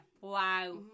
Wow